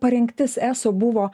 parengtis eso buvo